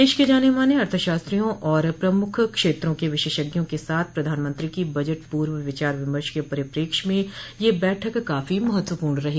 देश के जानेमाने अर्थशास्त्रियों और प्रमुख क्षेत्रों के विशेषज्ञों के साथ प्रधानमंत्री की बजट पूर्व विचार विमर्श के परिपेक्ष में यह बैठक काफी महत्वपूर्ण रही